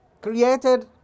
created